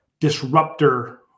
disruptor